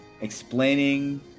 explaining